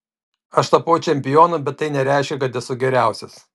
aš tapau čempionu bet tai nereiškia kad esu geriausias